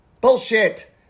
Bullshit